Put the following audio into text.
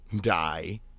die